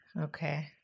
Okay